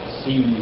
see